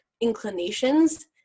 inclinations